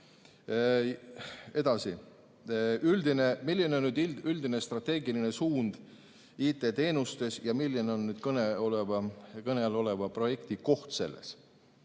Edasi, milline on üldine strateegiline suund IT‑teenustes ja milline on kõne all oleva projekti koht seal,